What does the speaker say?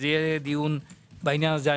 אז יהיה דיון בעניין הזה.